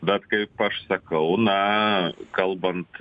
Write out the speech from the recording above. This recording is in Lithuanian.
bet kaip aš sakau na kalbant